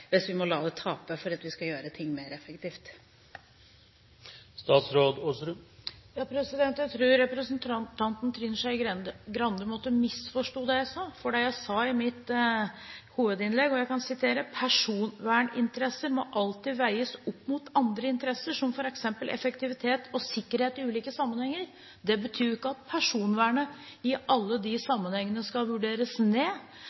hvis vi må la det tape fordi vi skal gjøre ting mer effektivt. Jeg tror representanten Trine Skei Grande må ha misforstått det jeg sa. Det jeg sa i mitt hovedinnlegg, var: «Personverninteresser må alltid veies opp mot andre interesser, som f.eks. effektivitet og sikkerhet i ulike sammenhenger.» Det betyr jo ikke at personvernet i alle de sammenhengene skal vurderes ned.